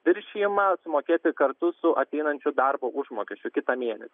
viršijamą sumokėti kartu su ateinančiu darbo užmokesčiu kitą mėnesį